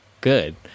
good